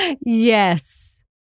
Yes